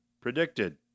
predicted